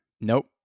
Nope